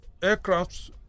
aircrafts